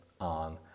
on